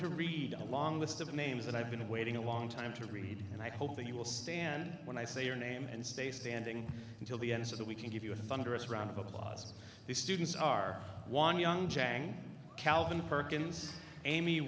to read a long list of names that i've been waiting a long time to read and i hope that you will stand when i say your name and stay standing until the end so that we can give you a funder us round of applause the students are one young jang calvin perkins amy